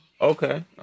Okay